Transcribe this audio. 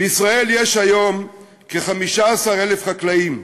בישראל יש היום כ-15,000 חקלאים,